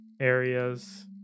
areas